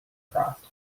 crossed